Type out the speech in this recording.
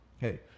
Hey